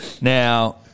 Now